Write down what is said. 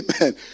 Amen